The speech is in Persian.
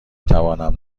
توانم